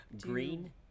green